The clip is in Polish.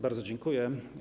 Bardzo dziękuję.